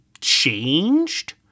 changed